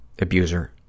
abuser